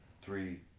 three